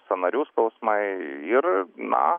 sąnarių skausmai ir na